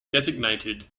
designated